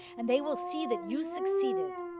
and they will see that you succeeded,